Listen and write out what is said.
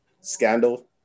scandal